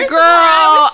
girl